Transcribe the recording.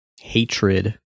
hatred